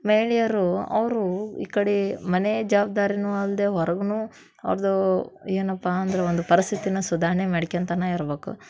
ಮಹಿಳೆಯರು ಅವರು ಈ ಕಡೆ ಮನೆ ಜವಾಬ್ದಾರಿನು ಅಲ್ಲದೆ ಹೊರ್ಗೂನು ಅವ್ರದ್ದು ಏನಪ್ಪ ಅಂದ್ರೆ ಒಂದು ಪರಸ್ಥಿತಿನ ಸುಧಾರಣೆ ಮಾಡ್ಕೊಳ್ತಾನೆ ಇರ್ಬೇಕು